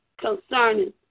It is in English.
concerning